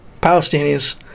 palestinians